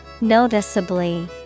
Noticeably